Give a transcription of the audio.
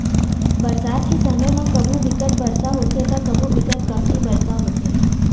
बरसात के समे म कभू बिकट बरसा होथे त कभू बिकट कमती बरसा होथे